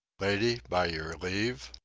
lady, by your leave.